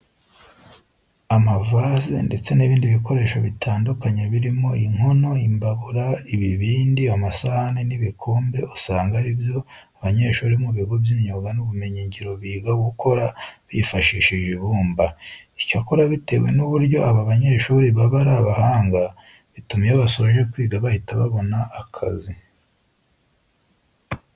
Amavaze ndetse n'ibindi bikoresho bitandukanye birimo inkono, imbabura, ibibindi, amasahane n'ibikombe usanga ari byo abanyeshuri bo mu bigo by'imyuga n'ubumenyingiro biga gukora bifashishije ibumba. Icyakora bitewe n'uburyo aba banyeshuri baba ari abahanga bituma iyo basoje kwiga bahita babona akazi.